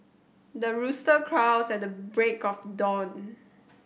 the rooster crows at the break of dawn